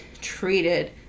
treated